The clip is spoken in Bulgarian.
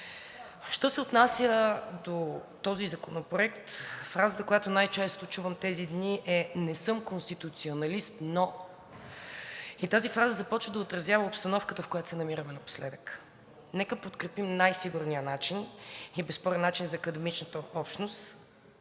Що се отнася до този законопроект. Фразата, която най-често чувам тези дни, е: „Не съм конституционалист, но…“, и тази фраза започва да отразява обстановката, в която се намираме напоследък. Нека подкрепим най-сигурния начин и безспорен начин за академичната общност